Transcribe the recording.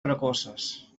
precoces